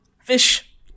fish